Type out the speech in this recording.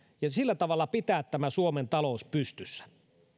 ja sillä tavalla pitää suomen talous pystyssä